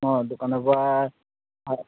অঁ দোকানৰপৰা